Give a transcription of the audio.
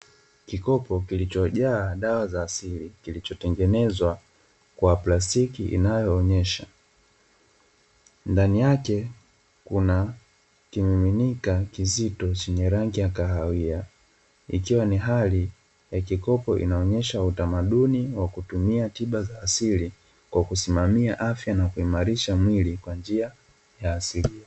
Kikopo kilichojaa dawa za asili, kilichotengenezwa kwa plastiki inayoonyesha ndani yake kuna kimiminika kizito, chenye rangi ya kahawia, ikiwa ni hali ya kikopo inayoonyesha utamaduni wa kutumia tiba za asili kwa kusimamia afya na kuimarisha mwili kwa njia ya asili.